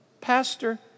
Pastor